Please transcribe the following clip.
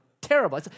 terrible